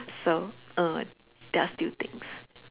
so err there are still things